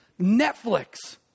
Netflix